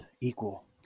equal